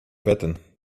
wetten